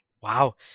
Wow